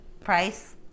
price